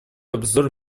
обзор